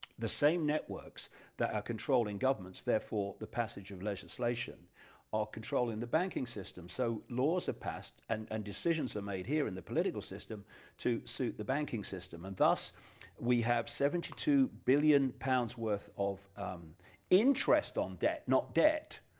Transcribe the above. the same networks that are controlling governments therefore the passage of legislation are controlling the banking system so, laws are passed and and decisions are made here in the political system to suit the banking system and thus we have seventy two billion pounds worth of interest on debt, not debt,